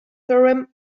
thummim